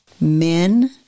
Men